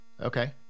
okay